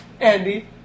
Andy